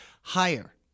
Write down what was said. higher